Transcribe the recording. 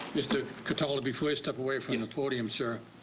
mr. cataldo before you step away from the podium, so